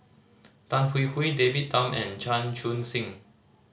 Tan Hwee Hwee David Tham and Chan Chun Sing